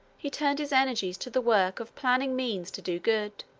he turned his energies to the work of planning means to do good.